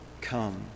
come